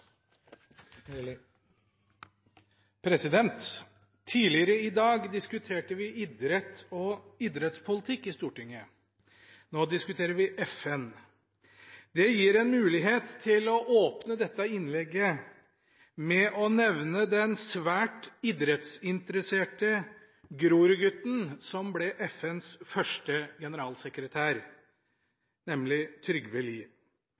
Tidligere i dag diskuterte vi idrett og idrettspolitikk i Stortinget. Nå diskuterer vi FN. Det gir en mulighet til å åpne dette innlegget med å nevne den svært idrettsinteresserte Grorud-gutten som ble FNs første generalsekretær, nemlig Trygve Lie.